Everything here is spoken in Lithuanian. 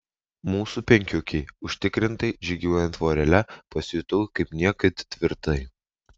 mūsų penkiukei užtikrintai žygiuojant vorele pasijutau kaip niekad tvirtai